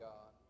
God